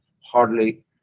hardly